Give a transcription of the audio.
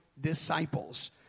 disciples